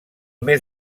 més